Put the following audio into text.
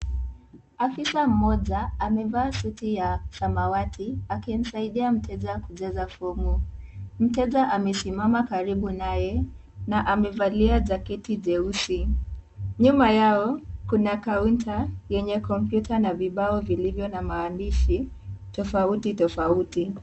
Afisa mmoja amevaa suti ya samawati akimsaidia mteja kujaza fomu. Mteja amesimama karibu naye na amevalia jaketi jeusi. Nyuma yao, kuna kaunta yenye cs(computer) na vibao vilivyo na maandishi tofauti tofauti .